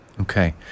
Okay